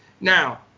Now